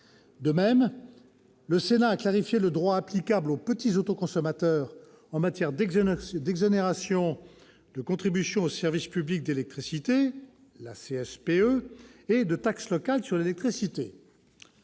De même, le Sénat a clarifié le droit applicable aux petits autoconsommateurs en matière d'exonérations de contribution au service public de l'électricité, ou CSPE, et de taxes locales sur l'électricité.